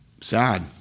sad